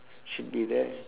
should be there